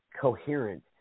coherent